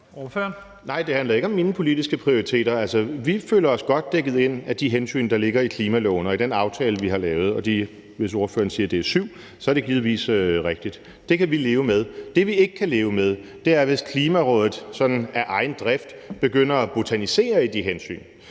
Nej, det handler ikke om mine politiske prioriteter. Altså, vi føler os godt dækket ind af de hensyn, der ligger i klimaloven og i den aftale, vi har lavet. Og hvis ordføreren siger, at det er på en syvendeplads, er det givetvis rigtigt. Det kan vi leve med. Det, vi ikke kan leve med, er, hvis Klimarådet sådan af egen drift begynder at botanisere i de hensyn.